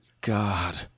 God